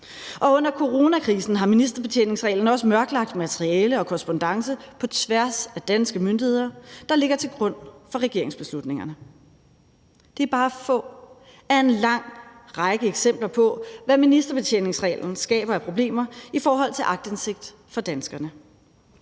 Og under coronakrisen har ministerbetjeningsreglen også mørklagt materiale og korrespondance på tværs af danske myndigheder, der ligger til grund for regeringsbeslutningerne. Det er bare få af en lang række eksempler på, hvad ministerbetjeningsreglen skaber af problemer i forhold til aktindsigt for danskerne.